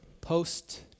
Post